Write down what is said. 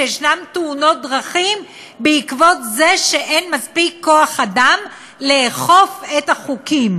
שיש תאונות דרכים בעקבות זה שאין מספיק כוח-אדם לאכוף את החוקים.